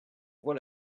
voit